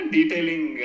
Detailing